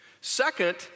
second